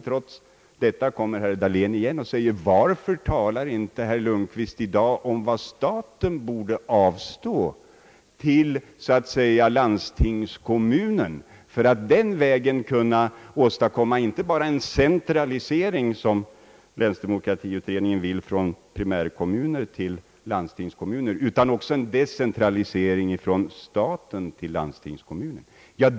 Trots det kommer herr Dahlén igen och frågar varför jag i dag inte talar om vad staten borde avstå till landstingskommuner för att den vägen kunna åstadkomma inte bara en centralisering från pri märkommuner till landstingskommuner, som <:Jlänsdemokratiutredningen vill, utan också en decentralisering från staten till landstingskommunerna.